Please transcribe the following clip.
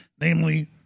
namely